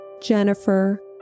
Jennifer